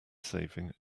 saving